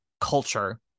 culture